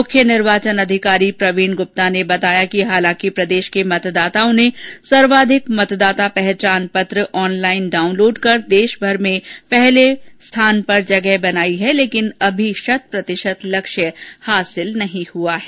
मुख्य निर्वाचन अधिकारी प्रवीण गुप्ता ने बताया कि हालांकि प्रदेश के मतदाताओ ने सर्वाधिक मतदाता पहचान पत्र ऑनलाइन डाउनलोड कर देश भर में पहले पायदान पर जगह बनाई है लेकिन अभी शत प्रतिशत लक्ष्य हासिल नहीं हुआ है